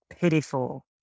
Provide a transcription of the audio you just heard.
pitiful